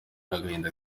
n’agahinda